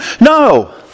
No